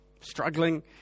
struggling